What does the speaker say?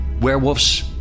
werewolves